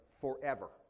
forever